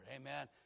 Amen